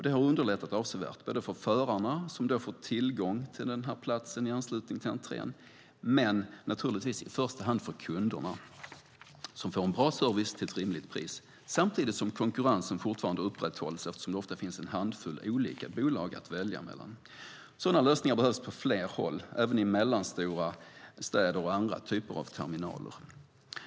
Det har underlättat avsevärt för förarna som får tillgång till platsen i anslutning till entrén men naturligtvis i första hand för kunderna som får en bra service till ett rimligt pris samtidigt som konkurrensen fortfarande upprätthålls eftersom det ofta finns en handfull olika bolag att välja mellan. Sådana lösningar behövs på fler håll, även i mellanstora städer och vid andra typer av terminaler.